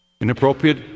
Inappropriate